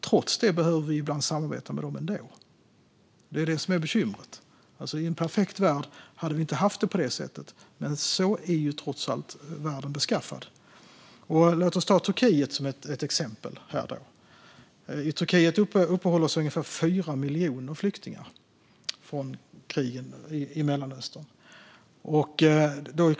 Trots detta behöver vi ibland samarbeta med dem; det är detta som är bekymret. I en perfekt värld hade vi inte haft det på detta sätt, men så är trots allt världen beskaffad. Låt oss ta Turkiet som ett exempel. I Turkiet uppehåller sig ungefär 4 miljoner flyktingar från krigen i Mellanöstern.